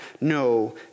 no